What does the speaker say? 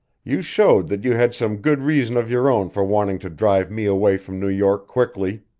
you showed that you had some good reason of your own for wanting to drive me away from new york quickly!